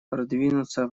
продвинуться